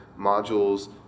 modules